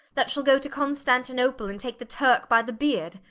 that shall goe to constantinople, and take the turke by the beard.